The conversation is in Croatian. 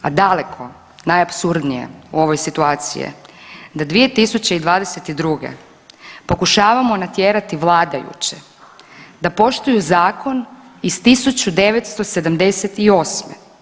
A daleko najapsurdnije u ovoj situaciji je da 2022. pokušavamo natjerati vladajuće da poštuju zakon iz 1978.